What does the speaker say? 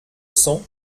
cents